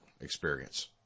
experience